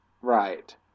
Right